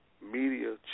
media